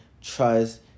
trust